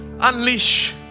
unleash